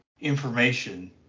information